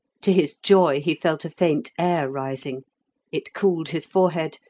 to his joy he felt a faint air rising it cooled his forehead,